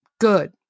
good